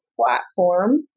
platform